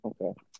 Okay